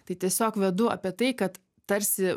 tai tiesiog vedu apie tai kad tarsi